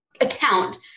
account